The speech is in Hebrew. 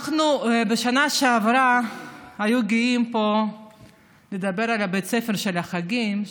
בשנה שעברה היו גאים לדבר פה על בית הספר של החגים,